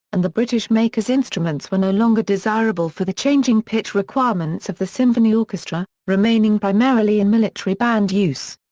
and the british makers' instruments were no longer desirable for the changing pitch requirements of the symphony orchestra, remaining primarily in military band use.